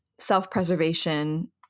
self-preservation